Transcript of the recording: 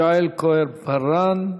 יעל כהן-פארן אחרונה.